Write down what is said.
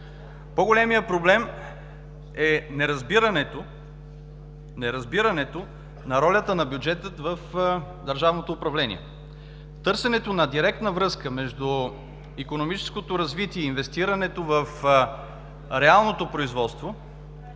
По-големият проблем е неразбирането на ролята на бюджета в държавното управление. Търсенето на директна връзка между икономическото развитие, инвестирането в реалното производство